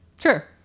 Sure